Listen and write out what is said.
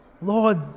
Lord